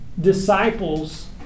disciples